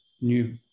new